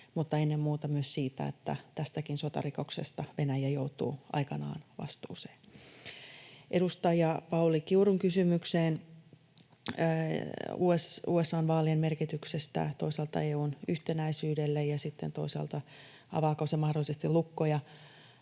myös ennen muuta siitä, että tästäkin sotarikoksesta Venäjä joutuu aikanaan vastuuseen. Edustaja Pauli Kiurun kysymykseen USA:n vaalien merkityksestä toisaalta EU:n yhtenäisyydelle ja sitten toisaalta siihen, avaako se mahdollisesti lukkoja